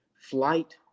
flight